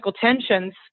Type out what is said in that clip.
tensions